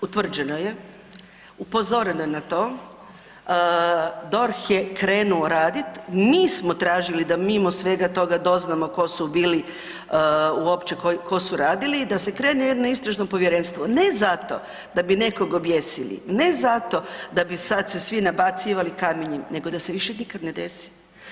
Utvrđeno je, upozoreno je na to, DORH je krenuo raditi, mi smo tražili da mimo svega toga doznamo tko su bili, uopće tko su radili i da se krene jedno istražno povjerenstvo, ne zato da bi nekog objesili, ne zato da bi sad se svi nabacivali kamenjem, nego da se više nikad ne desi.